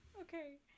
Okay